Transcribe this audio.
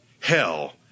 hell